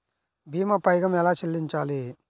భీమా పైకం ఎలా చెల్లించాలి?